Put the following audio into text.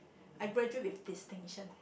I graduate with distinction